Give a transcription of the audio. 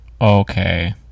Okay